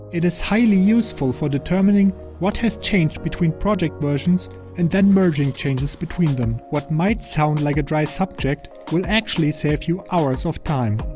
it is highly useful for determining what has changed between project versions and then merging changes between them. what might sound like a dry subject, will actually save you hours of time.